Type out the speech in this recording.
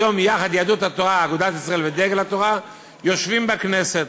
היום יחד יהדות התורה אגודת ישראל ודגל התורה יושבים בכנסת.